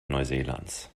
neuseelands